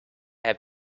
have